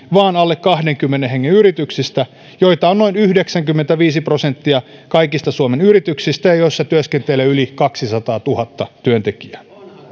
vaan alle kahdenkymmenen hengen yrityksistä joita on noin yhdeksänkymmentäviisi prosenttia kaikista suomen yrityksistä ja joissa työskentelee yli kaksisataatuhatta työntekijää